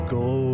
go